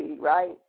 right